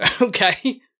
Okay